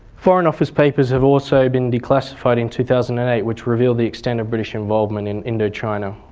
foreign office papers have also been declassified in two thousand and eight which revealed the extent of british involvement in indochina.